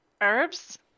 Herbs